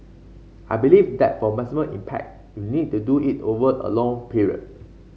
I believe that for maximum impact you need to do it over a long period